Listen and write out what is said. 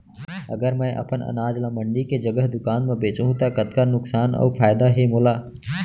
अगर मैं अपन अनाज ला मंडी के जगह दुकान म बेचहूँ त कतका नुकसान अऊ फायदा हे मोला?